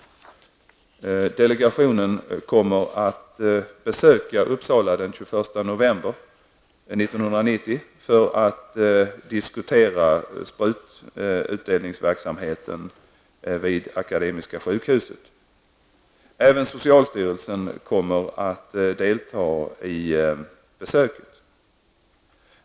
Delegationen kommer att besöka Uppsala den 21 november 1990 för att diskutera sprututdelningsverksamheten vid Akademiska sjukhuset. Även socialstyrelsen kommer att delta i besöket.